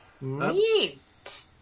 Meat